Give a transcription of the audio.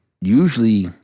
usually